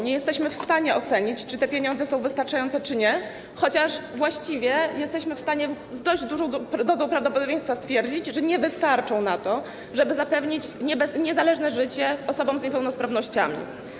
Nie jesteśmy w stanie ocenić, czy te pieniądze są wystarczające, czy nie, chociaż właściwie jesteśmy w stanie z dość dużą dozą prawdopodobieństwa stwierdzić, że nie wystarczą na to, żeby zapewnić niezależne życie osobom z niepełnosprawnościami.